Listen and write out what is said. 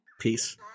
Peace